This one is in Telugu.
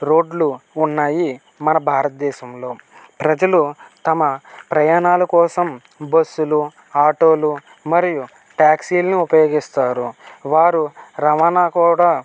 రోడ్లు ఉన్నాయి మన భారతదేశంలో ప్రజలు తమ ప్రయాణాల కోసం బస్సులు ఆటోలు మరియు ట్యాక్సీలని ఉపయోగిస్తారు వారు రవాణాకూడా